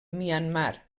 myanmar